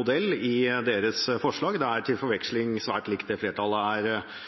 modell i Arbeiderpartiets forslag. Det er til forveksling svært likt det flertallet er